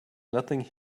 nothing